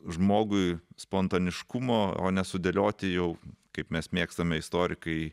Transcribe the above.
žmogui spontaniškumo o ne sudėlioti jau kaip mes mėgstame istorikai